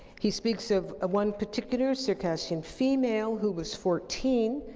he speaks of one particular circassian female who was fourteen,